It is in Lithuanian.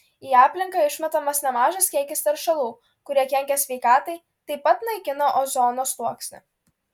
į aplinką išmetamas nemažas kiekis teršalų kurie kenkia sveikatai taip pat naikina ozono sluoksnį